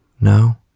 No